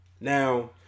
Now